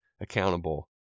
accountable